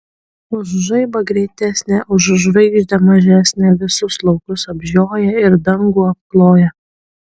už žaibą greitesnė už žvaigždę mažesnė visus laukus apžioja ir dangų apkloja